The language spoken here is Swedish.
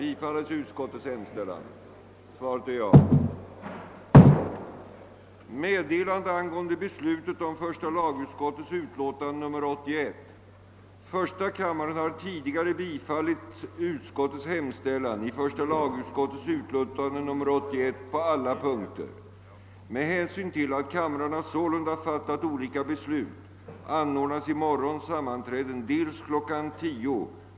I syfte att skapa garantier för en tillfredsställande transportförsörjning för Gotland till lägsta möjliga kostnader föreslås i propositionen, att linjesjöfart mellan Gotland och svensk hamn utanför Gotland skall få bedrivas endast efter tillstånd av Kungl. Maj:t.